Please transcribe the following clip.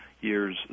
years